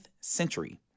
century